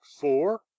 four